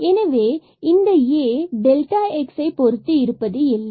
எனவே இந்த A delta x பொறுத்து இருப்பது இல்லை